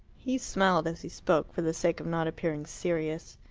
he smiled as he spoke, for the sake of not appearing serious.